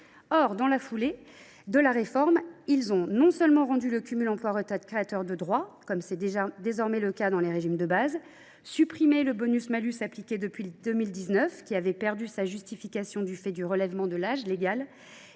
Or, dans la foulée de la réforme, ceux ci ont non seulement rendu le cumul emploi retraite créateur de droits – comme c’est désormais le cas pour les régimes de base –, supprimé le bonus malus appliqué depuis 2019, qui avait perdu toute justification du fait du report de l’âge légal